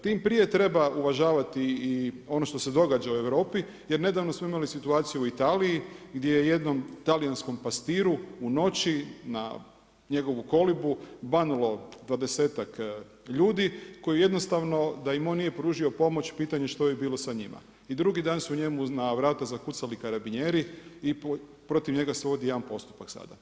Tim prije treba uvažavati i ono što se događa u Europi jer nedavno smo imali situaciju u Italiji gdje je jednom talijanskom pastiru u noći na njegovu kolibu banulo dvadesetak ljudi, koji jednostavno da im on nije pružio pomoć, pitanje što bi bilo sa njima i drugi dan su njemu na vrata zakucali karabinjeri, i protiv njega se vodi jedna postupak sada.